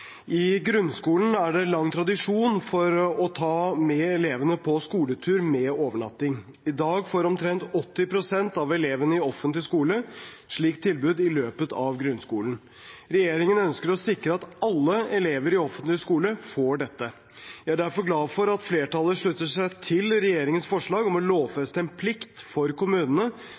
I grunnskolen er det lang tradisjon for å ta elevene med på skoletur med overnatting. I dag får omtrent 80 pst. av elevene i offentlig skole slikt tilbud i løpet av grunnskolen. Regjeringen ønsker å sikre at alle elever i offentlig skole får dette. Jeg er derfor glad for at flertallet slutter seg til regjeringens forslag om å lovfeste en plikt for kommunene